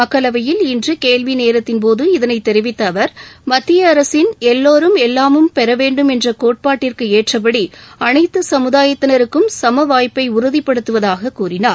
மக்களவையில் இன்றுகேள்விநேரத்தின்போது இதளைதெரிவித்தஅவர் மத்தியஅரசின் எல்லாரும் எல்லாமும் பெறவேண்டும் என்றகோட்பாடிற்குஏற்றபடிஅனைத்துசமுதாயத்தினருக்கும் சமவாய்ப்பைஉறுதிப்படுத்துவதாககூறினார்